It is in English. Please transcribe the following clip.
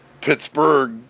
Pittsburgh